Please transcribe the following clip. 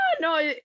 no